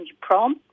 Prom